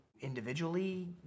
individually